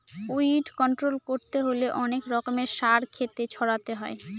weed control করতে হলে অনেক রকমের সার ক্ষেতে ছড়াতে হয়